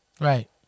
right